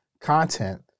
content